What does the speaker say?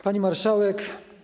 Pani Marszałek!